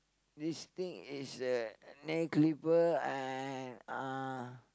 this thing is a nail clipper and uh